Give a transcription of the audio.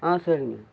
சரிங்க